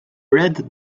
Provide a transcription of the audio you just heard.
red